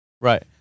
Right